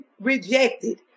rejected